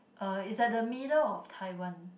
uh is at the middle of Taiwan